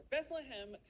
Bethlehem